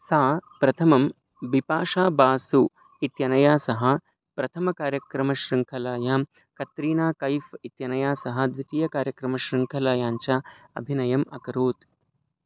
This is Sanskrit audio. सा प्रथमं बिपाशा बासु इत्यनया सह प्रथमकार्यक्रमशृङ्खलायां कत्रीना कैफ़् इत्यनया सह द्वितीयकार्यक्रमशृङ्खलायाञ्च अभिनयम् अकरोत्